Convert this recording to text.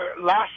last